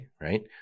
right